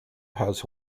has